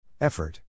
Effort